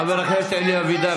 חבר הכנסת אלי אבידר,